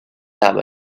lab